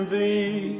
Thee